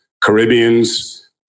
caribbeans